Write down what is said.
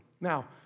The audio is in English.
Now